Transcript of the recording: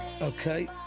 Okay